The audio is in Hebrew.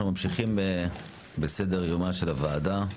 אנחנו ממשיכים בסדר יומה של הוועדה,